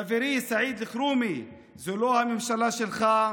חברי סעיד אלחרומי, זו לא הממשלה שלך.